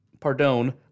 pardon